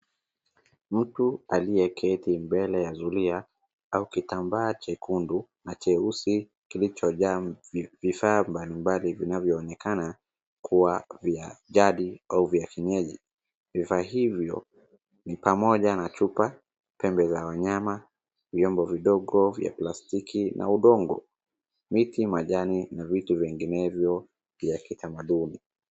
Mtu aliyeketi mbele ya zulia au kitambaa chekundu na cheusi kilichojaa vifaa mbalimbali vinavyo onekana kuwa vya jadi au vya kienyeji, vifaa hivyo ni pamoja na chupa, pembe za wanyama, vyombo vidogo vya plastiki na udongo, miti ,majani na vitu vinginevyo vya kitamaduni.